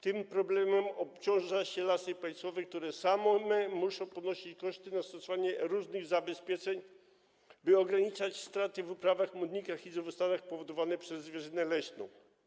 Tym problemem obciąża się Lasy Państwowe, które same muszą ponosić koszty stosowania różnych zabezpieczeń, by ograniczać straty w uprawach, młodnikach i drzewostanach powodowane przez zwierzynę leśną.